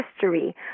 history